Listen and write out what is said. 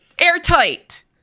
Airtight